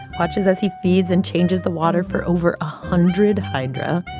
watches as he feeds and changes the water for over a hundred hydra.